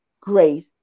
grace